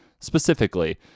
specifically